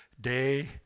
day